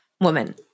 woman